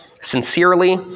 sincerely